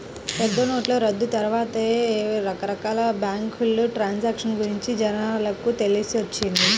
పెద్దనోట్ల రద్దు తర్వాతే రకరకాల బ్యేంకు ట్రాన్సాక్షన్ గురించి జనాలకు తెలిసొచ్చింది